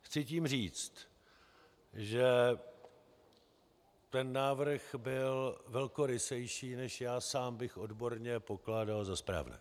Chci tím říct, že návrh byl velkorysejší, než já sám bych odborně pokládal za správné.